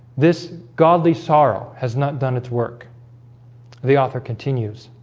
this godly sorrow has not done its work the author continues